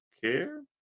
care